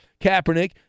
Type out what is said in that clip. Kaepernick